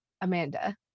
amanda